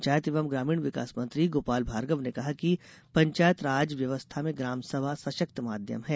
पंचायत एवं ग्रामीण विकास मंत्री गोपाल भार्गव ने कहा है कि पंचायत राज व्यवस्था में ग्राम सभा सशक्त माध्यम है